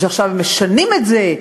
ושעכשיו הם משנים את זה.